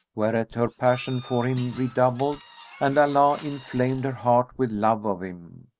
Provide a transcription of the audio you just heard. whereat her passion for him redoubled and allah inflamed her heart with love of him.